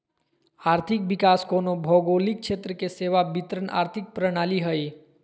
आर्थिक विकास कोनो भौगोलिक क्षेत्र के सेवा वितरण आर्थिक प्रणाली हइ